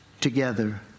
together